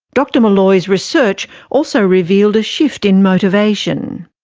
dr meloy's research also revealed a shift in motivation.